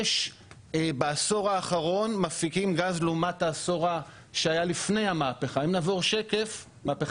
בעשור האחרון מפיקים גז לעומת העשור שהיה לפני מהפיכת הגז.